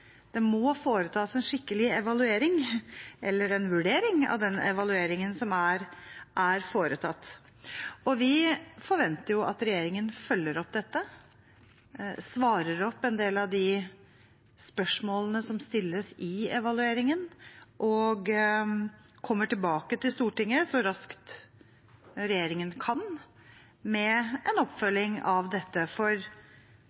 Det må foretas en skikkelig evaluering eller en vurdering av den evalueringen som er foretatt. Vi forventer at regjeringen følger opp dette og svarer opp en del av de spørsmålene som stilles i evalueringen, og kommer tilbake til Stortinget så raskt regjeringen kan, med en